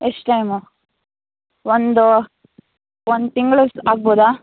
ಎಷ್ಟು ಟೈಮು ಒಂದು ಒಂದು ತಿಂಗ್ಳು ಅಷ್ಟು ಆಗ್ಬೋದಾ